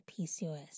PCOS